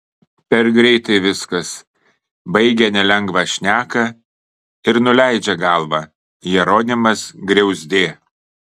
per greitai viskas baigia nelengvą šneką ir nuleidžia galvą jeronimas griauzdė